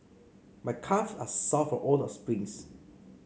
my calves are sore from all the sprints